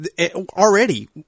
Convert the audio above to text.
Already